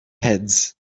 heads